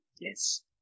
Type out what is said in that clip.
Yes